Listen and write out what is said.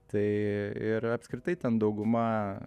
tai ir apskritai ten dauguma